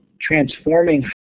transforming